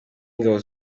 w’ingabo